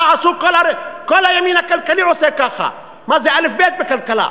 כל הימין הכלכלי עושה ככה, מה, זה אלף-בית בכלכלה.